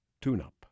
tune-up